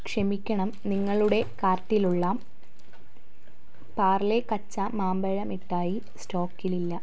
ക്ഷമിക്കണം നിങ്ങളുടെ കാർട്ടിലുള്ള പാർലെ കച്ച മാമ്പഴ മിട്ടായി സ്റ്റോക്കിലില്ല